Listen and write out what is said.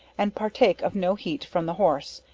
and partake of no heat from the horse,